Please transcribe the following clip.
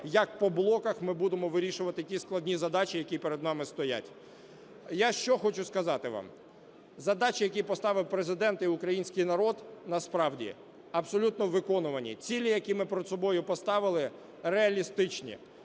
як по блоках ми будемо вирішувати ті складні задачі, які перед нами стоять. Я що хочу сказати вам. Задачі, які поставив Президент і український народ, насправді, абсолютно виконувані. Цілі, які ми перед собою поставили, реалістичні.